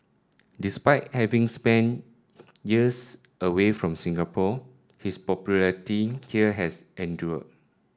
despite having spent years away from Singapore his popularity here has endured